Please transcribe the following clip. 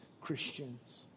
Christians